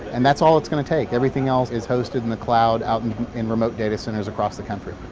and that's all it's going to take. everything else is hosted in the cloud out and in remote data centers across the country.